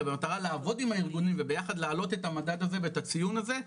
אלא במטרה לעבוד עם הארגונים וביחד להעלות את המדד הזה ואת הציון הזה.